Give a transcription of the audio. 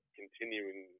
continuing